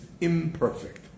imperfect